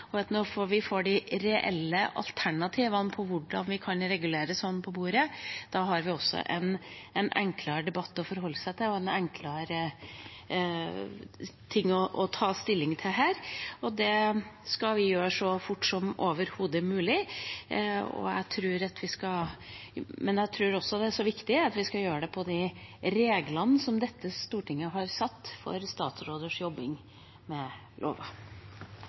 virker som når vi har denne debatten, at man når vi får de reelle alternativene for hvordan vi kan regulere det, på bordet, har en enklere debatt, enklere ting å forholde seg til og ta stilling til her. Det skal vi sørge for så fort som overhodet mulig, men jeg tror også det er viktig at vi gjør det etter de reglene som dette stortinget har fastsatt for statsråders jobbing med